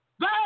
Go